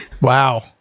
Wow